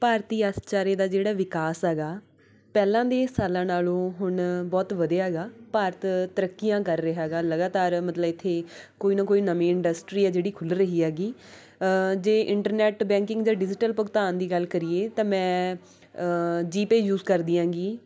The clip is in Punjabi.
ਭਾਰਤੀ ਅਰਥਚਾਰੇ ਦਾ ਜਿਹੜਾ ਵਿਕਾਸ ਹੈਗਾ ਪਹਿਲਾਂ ਦੇ ਸਾਲਾਂ ਨਾਲ਼ੋਂ ਹੁਣ ਬਹੁਤ ਵਧਿਆ ਗਾ ਭਾਰਤ ਤਰੱਕੀਆਂ ਕਰ ਰਿਹਾ ਗਾ ਲਗਾਤਾਰ ਮਤਲਬ ਇੱਥੇ ਕੋਈ ਨਾ ਕੋਈ ਨਵੀਂ ਇੰਡਸਟਰੀ ਆ ਜਿਹੜੀ ਖੁੱਲ੍ਹ ਰਹੀ ਹੈਗੀ ਜੇ ਇੰਟਰਨੈੱਟ ਬੈਂਕਿੰਗ ਜਾਂ ਡਿਜੀਟਲ ਭੁਗਤਾਨ ਦੀ ਗੱਲ ਕਰੀਏ ਤਾਂ ਮੈਂ ਜੀਪੇਅ ਯੂਜ ਕਰਦੀ ਐਂਗੀ